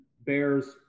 Bears